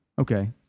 Okay